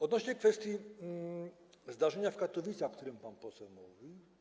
Odnośnie do kwestii zdarzenia w Katowicach, o którym pan poseł mówi.